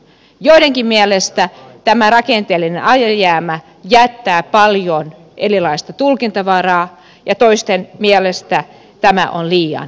joidenkin mielestä tämä rakenteellinen alijäämä jättää paljon erilaista tulkintavaraa ja toisten mielestä tämä on liian tiukka